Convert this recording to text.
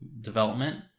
development